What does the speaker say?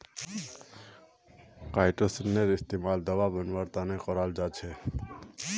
काईटोसनेर इस्तमाल दवा बनव्वार त न कराल जा छेक